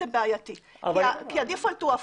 זה בעייתי כי הדיפולט הוא הפוך.